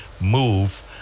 move